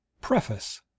Preface